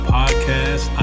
podcast